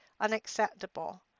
unacceptable